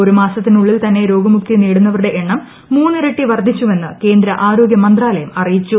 ഒരു മാസത്തിനുള്ളിൽ തന്നെ രോഗമുക്തി നേടുന്നവരുടെ എണ്ണം മൂന്നിരട്ടി വർധിച്ചുവെന്ന് കേന്ദ്ര ആരോഗ്യ മന്ത്രാലയം അറിയിച്ചു